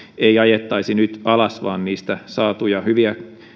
ei ajettaisi nyt alas vaan niistä saatuja hyviä